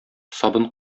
сабын